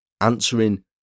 answering